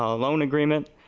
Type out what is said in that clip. ah loan agreement.